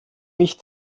mich